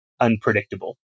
unpredictable